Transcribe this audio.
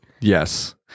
Yes